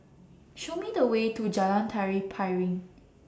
Show Me The Way to Jalan Tari Piring